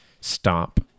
stop